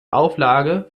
auflage